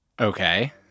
Okay